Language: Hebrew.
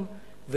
במקום עצמו,